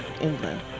England